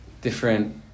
different